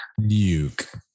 Nuke